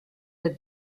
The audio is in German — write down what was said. der